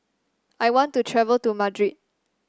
I want to travel to Madrid